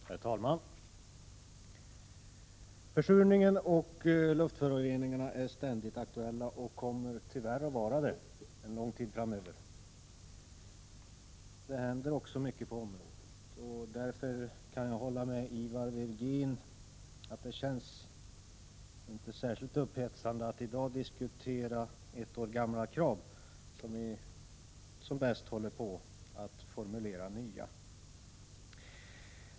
Herr talman! Försurningen och luftföroreningarna är ständigt aktuella och kommer tyvärr att vara det en lång tid framöver. Det händer mycket på området, och därför kan jag hålla med Ivar Virgin om att det inte känns särskilt upphetsande att i dag diskutera ett år gamla krav, när vi som bäst håller på att formulera nya.